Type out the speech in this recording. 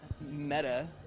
Meta